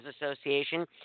Association